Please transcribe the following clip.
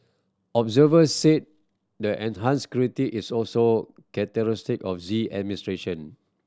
observer say the enhanced scrutiny is also characteristic of Xi administration